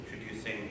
introducing